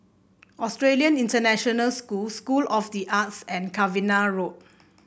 Australian International School School of the Arts and Cavenagh Road